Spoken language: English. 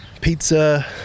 Pizza